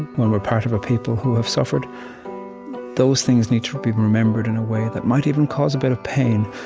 when we're part of a people who have suffered those things need to be remembered in a way that might even cause a bit of pain.